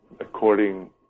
according